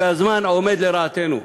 והזמן עובד לרעתנו.